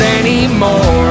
anymore